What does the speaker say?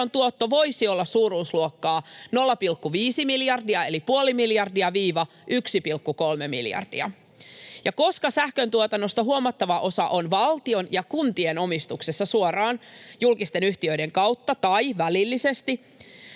tuotto voisi olla suuruusluokkaa 0,5 miljardia eli puoli miljardia — 1,3 miljardia, ja koska sähköntuotannosta huomattava osa on valtion ja kuntien omistuksessa suoraan julkisten yhtiöiden kautta tai välillisesti,